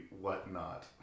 whatnot